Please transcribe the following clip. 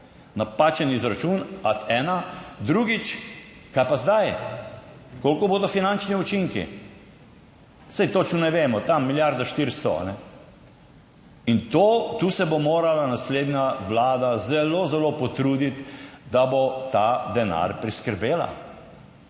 napačen izračun ad ena. Drugič, kaj pa zdaj, koliko bodo finančni učinki? Saj točno ne vemo, tam milijarda 400 in to tu se bo morala naslednja vlada zelo, zelo potruditi, da bo ta denar priskrbela.